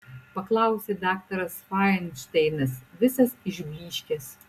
paklausė daktaras fainšteinas visas išblyškęs